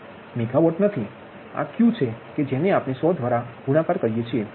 megawatt નથી આ Q છે કે જે ને આપણે 100 દ્વારા ગુણાકાર કરેયે છે